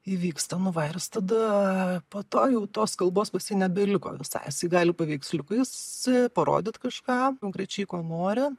įvyksta nu va ir jis tada po to jau tos kalbos pas jį nebeliko visai jisai gali paveiksliukais parodyt kažką konkrečiai ko nori